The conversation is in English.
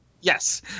Yes